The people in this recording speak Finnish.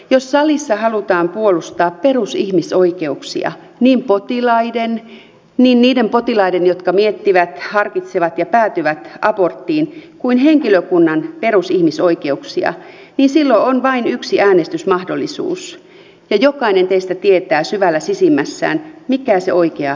jos salissa halutaan puolustaa perusihmisoikeuksia niin niiden potilaiden jotka miettivät harkitsevat ja päätyvät aborttiin kuin henkilökunnankin perusihmisoikeuksia niin silloin on vain yksi äänestysmahdollisuus ja jokainen teistä tietää syvällä sisimmässään mikä se oikea äänestys on